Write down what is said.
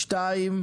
דבר שני,